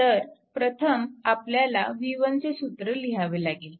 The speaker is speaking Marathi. तर प्रथम आपल्याला v1 चे सूत्र लिहावे लागेल